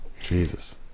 Jesus